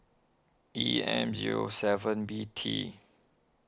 E M zero seven B T